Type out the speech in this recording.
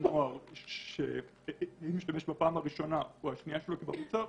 נוער משתמש בפעם הראשונה או השנייה במוצר,